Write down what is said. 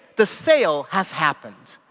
the sale has happened.